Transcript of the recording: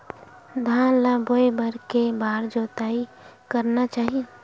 धान ल बोए बर के बार जोताई करना चाही?